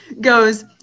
goes